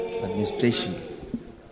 administration